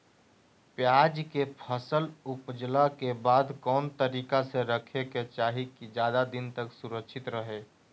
प्याज के फसल ऊपजला के बाद कौन तरीका से रखे के चाही की ज्यादा दिन तक सुरक्षित रहय?